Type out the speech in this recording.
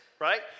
right